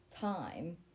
time